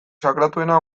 sakratuena